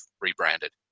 rebranded